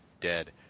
dead